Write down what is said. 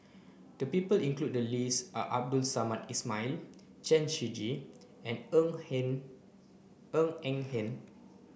the people included in the list are Abdul Samad Ismail Chen Shiji and Ng Hen Ng Eng Hen